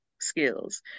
skills